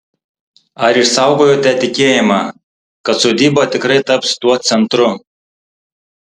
ar išsaugojote tikėjimą kad sodyba tikrai taps tuo centru